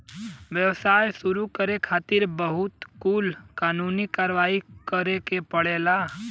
व्यवसाय शुरू करे खातिर बहुत कुल कानूनी कारवाही करे के पड़ेला